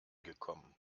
gekommen